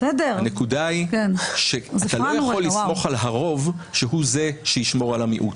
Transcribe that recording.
הנקודה היא שאתה לא יכול לסמוך על הרוב שהוא זה שישמור על המיעוט.